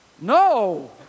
No